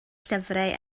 llyfrau